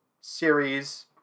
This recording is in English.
series